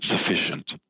sufficient